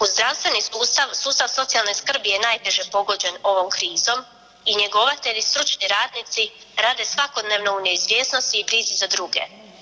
U zdravstveni sustav, sustav socijalne skrbi je najteže pogođen ovom krizom i njegovatelji, stručni radnici rade svakodnevno u neizvjesnosti i brizi za druge.